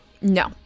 No